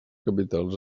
capitals